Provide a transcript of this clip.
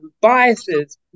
biases